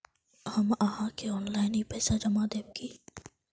हम आहाँ के ऑनलाइन ही पैसा जमा देब की?